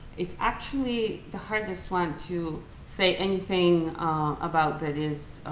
it's actually the hardest one to say anything about that is